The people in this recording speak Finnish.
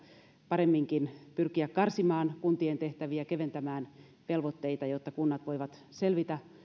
paremminkin pyrkiä karsimaan kuntien tehtäviä keventämään velvoitteita jotta kunnat voivat selvitä